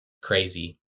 Crazy